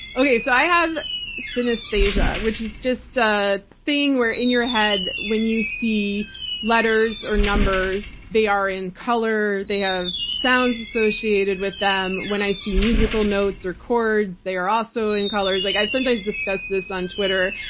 okay. so, i have synesthesia, which is just a thing where in your head, when you see letters or numbers, they are in color, they have sounds associated with them. when i see musical notes or chords, they are also in colors. like i sometimes discuss this on twitter.